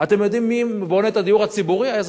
אתם יודעים מי בונה את הדיור הציבורי באירופה?